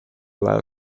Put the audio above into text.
law